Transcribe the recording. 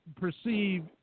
perceive